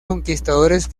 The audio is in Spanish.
conquistadores